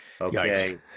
okay